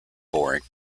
boring